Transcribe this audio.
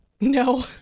No